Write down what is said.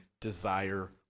desire